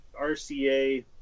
RCA